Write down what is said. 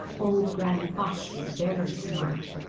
old granny fox is very smart.